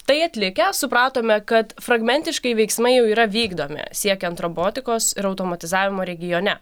tai atlikę supratome kad fragmentiškai veiksmai jau yra vykdomi siekiant robotikos ir automatizavimo regione